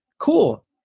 Cool